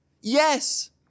yes